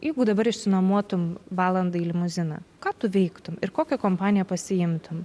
jeigu dabar išsinuomotum valandai limuziną ką tu veiktum ir kokią kompaniją pasiimtum